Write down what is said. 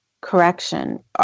correction